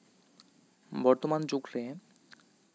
ᱵᱚᱨᱛᱚᱢᱟᱱ ᱡᱩᱜᱽ ᱨᱮ